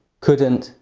couldn't,